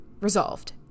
resolved